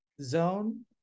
zone